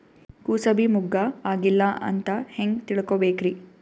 ಕೂಸಬಿ ಮುಗ್ಗ ಆಗಿಲ್ಲಾ ಅಂತ ಹೆಂಗ್ ತಿಳಕೋಬೇಕ್ರಿ?